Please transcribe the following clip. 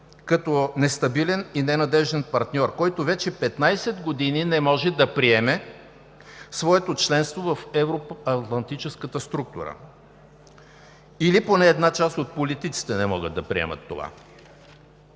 като нестабилен и ненадежден партньор, който вече 15 години не може да приеме своето членство в евроатлантическата структура, или поне една част от политиците не могат да приемат това.